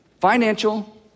Financial